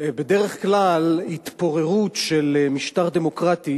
בדרך כלל התפוררות של משטר דמוקרטי